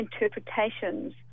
interpretations